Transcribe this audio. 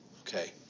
okay